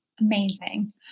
Amazing